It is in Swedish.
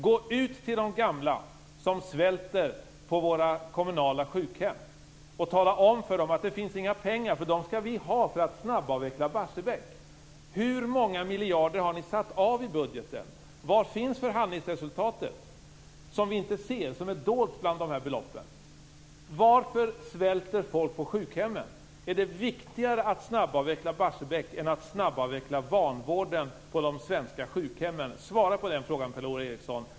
Gå ut till de gamla som svälter på våra kommunala sjukhem och tala om för dem att det inte finns några pengar, eftersom vi skall använda dessa pengar för att snabbavveckla Barsebäck. Hur många miljarder kronor har ni satt av i budgeten? Var finns förhandlingsresultatet, som vi inte ser utan som är dolt bland de olika beloppen? Varför svälter folk på sjukhemmen? Är det viktigare att snabbavveckla Barsebäck än att snabbavveckla vanvården på de svenska sjukhemmen? Svara på det, Per Ola Eriksson!